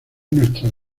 nuestras